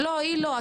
"לא, היא לא.